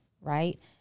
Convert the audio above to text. right